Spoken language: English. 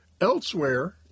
Elsewhere